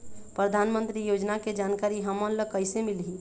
परधानमंतरी योजना के जानकारी हमन ल कइसे मिलही?